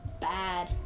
bad